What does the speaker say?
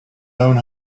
own